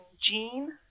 Jean